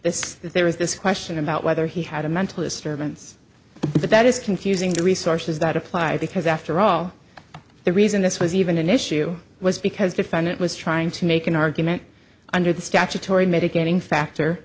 this there is this question about whether he had a mental disturbance the bet is confusing the resources that applied because after all the reason this was even an issue was because defendant was trying to make an argument under the statutory mitigating factor